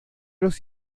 los